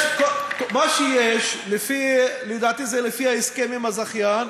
מה שיש, לדעתי זה על-פי ההסכם עם הזכיין,